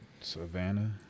Savannah